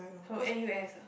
from N_U_S ah